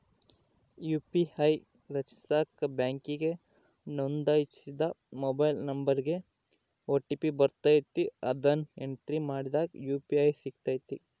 UPI ರಚಿಸಾಕ ಬ್ಯಾಂಕಿಗೆ ನೋಂದಣಿಸಿದ ಮೊಬೈಲ್ ನಂಬರಿಗೆ ಓ.ಟಿ.ಪಿ ಬರ್ತತೆ, ಅದುನ್ನ ಎಂಟ್ರಿ ಮಾಡಿದಾಗ ಯು.ಪಿ.ಐ ಸಿಗ್ತತೆ